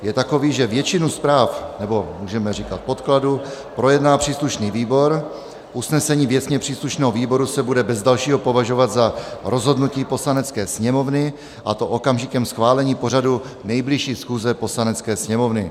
Je takový, že většinu zpráv, nebo můžeme říkat podkladů, projedná příslušný výbor, usnesení věcně příslušného výboru se bude bez dalšího považovat za rozhodnutí Poslanecké sněmovny, a to okamžikem schválení pořadu nejbližší schůze Poslanecké sněmovny.